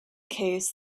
case